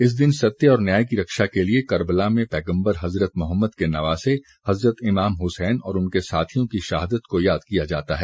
इस दिन सत्य और न्याय की रक्षा के लिए करबला में पैगम्बर हज़रत मोहम्मद के नवासे हज़रत इमाम हुसैन और उनके साथियों की शहादत को याद किया जाता है